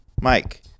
Mike